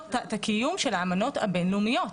את קיום האמנות הבין-לאומיות.